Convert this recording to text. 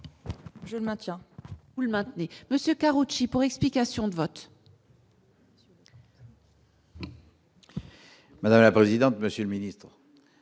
Je maintiens le maintenez, monsieur Karoutchi pour explication de vote. Madame la présidente, monsieur le ministre,